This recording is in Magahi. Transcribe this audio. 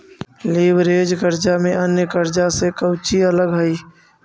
लिवरेज कर्जा में अन्य कर्जा से कउची अलग हई?